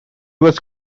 was